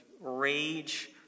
rage